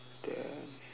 then